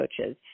coaches